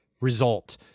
result